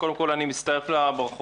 קודם כול, אני מצטרף לברכות.